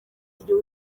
igihe